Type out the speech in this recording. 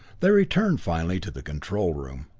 they returned finally to the control room.